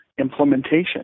implementation